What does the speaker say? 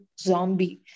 zombie